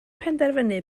penderfynu